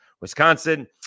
Wisconsin –